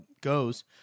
goes